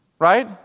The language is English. right